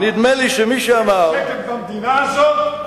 יש שקט במדינה הזאת,